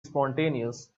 spontaneous